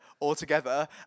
altogether